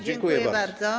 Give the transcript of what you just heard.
Dziękuję bardzo.